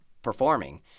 performing